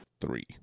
three